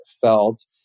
felt